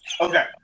Okay